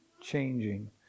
changing